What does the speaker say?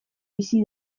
bizi